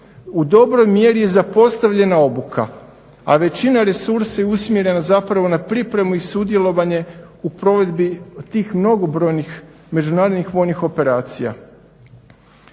U dobroj mjeri je zapostavljena obuka, a većina resursa je usmjerena zapravo na pripremu i sudjelovanje u provedbi tih mnogobrojnih međunarodnih vojnih operacija.